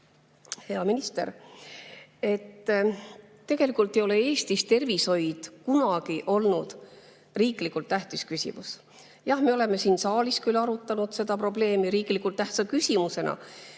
Hea minister! Tegelikult ei ole Eestis tervishoid kunagi olnud riiklikult tähtis küsimus. Jah, me oleme siin saalis küll arutanud seda probleemi riiklikult tähtsa küsimusena